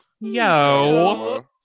Yo